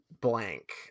blank